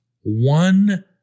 one